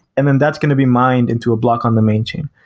and then that's going to be mined into a block on the main chain.